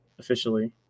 officially